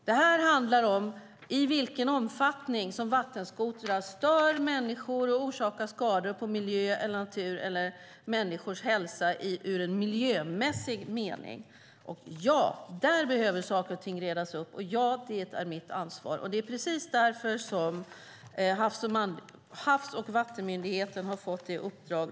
Detta handlar om i vilken omfattning som vattenskotrar stör människor och orsakar skador på miljö, natur eller människors hälsa i en miljömässig mening. Ja, där behöver saker och ting redas ut, och ja, det är mitt ansvar. Det är precis därför som Havs och vattenmyndigheten har fått ett uppdrag.